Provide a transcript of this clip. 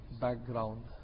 background